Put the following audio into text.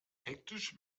hektisch